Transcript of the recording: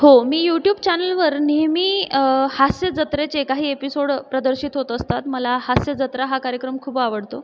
हो मी यूट्यूब चॅनेलवर नेहमी हास्य जत्रेचे काही एपिसोड प्रदर्शित होत असतात मला हास्य जत्रा हा कार्यक्रम खूप आवडतो